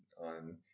on